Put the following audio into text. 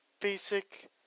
basic